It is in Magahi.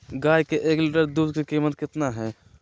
गाय के एक लीटर दूध का कीमत कितना है?